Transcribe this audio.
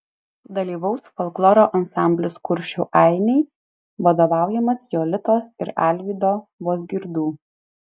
dalyvaus folkloro ansamblis kuršių ainiai vadovaujamas jolitos ir alvydo vozgirdų